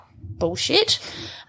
bullshit